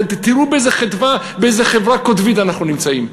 תראו באיזו חברה קוטבית אנחנו נמצאים,